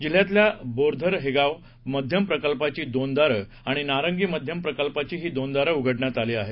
जिल्ह्यातल्या बोरदहेगाव मध्यम प्रकल्पाची दोन दारं आणि नारंगी मध्यम प्रकल्पाचीही दोन दारं उघडण्यात आली आहेत